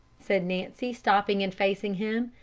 said nancy, stopping and facing him.